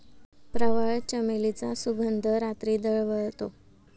प्रवाळ, चमेलीचा सुगंध रात्री दरवळतो